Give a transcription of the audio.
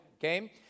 Okay